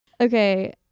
Okay